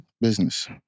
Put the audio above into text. Business